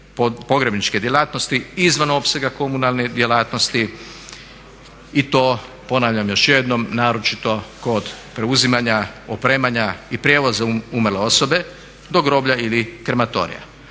pogrebničke djelatnosti izvan opsega komunalne djelatnosti i to ponavljam još jednom naročito kod preuzimanja, opremanja i prijevoza umrle osobe do groblja ili krematorija.